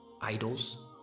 idols